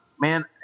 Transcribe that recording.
Man